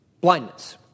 blindness